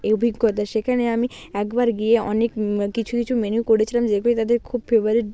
অভিজ্ঞতা সেখানে আমি একবার গিয়ে অনেক কিছু কিছু মেনু করেছিলাম যেগুলি তাদের খুব ফেভারিট